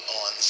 on